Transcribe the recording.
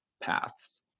paths